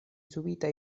subita